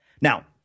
Now